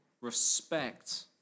respect